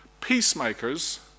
peacemakers